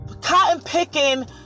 cotton-picking